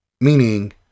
Meaning